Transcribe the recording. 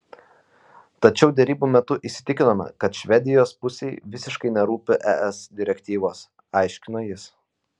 tačiau derybų metu įsitikinome kad švedijos pusei visiškai nerūpi es direktyvos aiškino jis